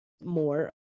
more